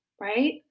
right